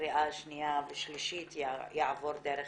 בקריאה שנייה ושלישית יעבור דרך